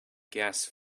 gas